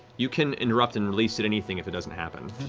you can interrupt and release at anything if it doesn't happen,